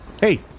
Hey